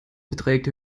beträgt